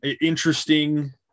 Interesting